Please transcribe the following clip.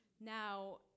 Now